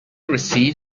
recede